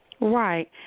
Right